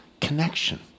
connection